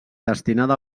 destinada